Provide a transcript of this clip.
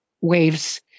waves